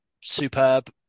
superb